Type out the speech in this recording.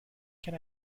can